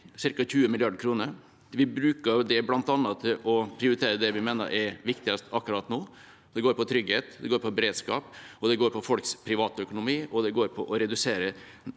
ca. 20 mrd. kr. Vi bruker det bl.a. til å prioritere det vi mener er viktigst akkurat nå. Det går på trygghet, det går på beredskap, det går på folks privatøkonomi, og det går på å redusere